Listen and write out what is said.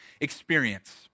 experience